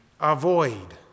avoid